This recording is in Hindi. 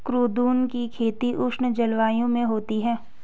कुद्रुन की खेती उष्ण जलवायु में होती है